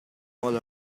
all